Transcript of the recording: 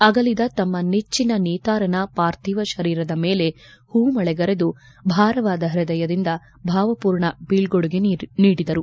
ಅಗಲಿದ ತಮ್ನ ನೆಚ್ಚಿನ ನೇತಾರನ ಪಾರ್ಧಿವ ಶರೀರದ ಮೇಲೆ ಹೂಮಳೆಗರೆದು ಭಾರವಾದ ಹೃದಯದಿಂದ ಭಾವರ್ಮೂರ್ಣ ಬೀಳ್ಕೊಡುಗೆ ನೀಡಿದರು